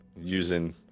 Using